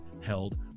held